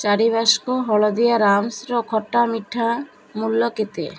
ଚାରି ବାକ୍ସ ହଳଦୀରାମ୍ସ୍ ଖଟା ମିଠାର ମୂଲ୍ୟ କେତେ